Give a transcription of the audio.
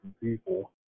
people